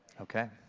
okay.